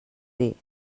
dir